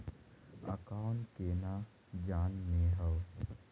Account केना जाननेहव?